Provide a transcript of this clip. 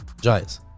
Giants